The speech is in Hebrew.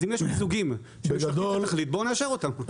אז אם יש מיזוגים שמשרתים את התכלית בואו נאשר אותם.